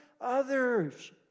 others